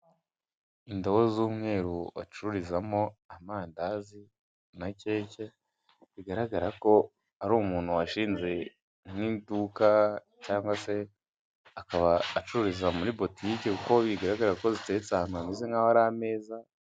Indobo zumweru bacururizamo amandazi na keke bigaragara ko ari umuntu washinze nkiduka cyangwa se akaba acururiza muri botike kuko bigaragara ko ziteretse ahantu hameze nkaho ari ameza.